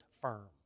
firm